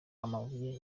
amabuye